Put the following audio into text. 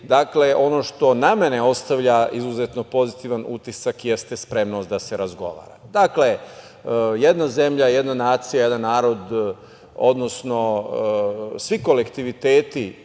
Dakle, ono što na mene ostavlja izuzetno pozitivan utisak jeste spremnost da se razgovara. Dakle, jedna zemlja, jedna nacija, jedan narod, odnosno svi kolektiviteti